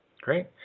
Great